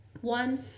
one